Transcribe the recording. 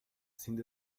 sind